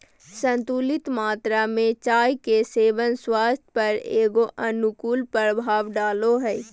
संतुलित मात्रा में चाय के सेवन स्वास्थ्य पर एगो अनुकूल प्रभाव डालो हइ